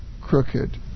crooked